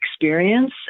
experience